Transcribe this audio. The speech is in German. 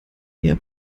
eher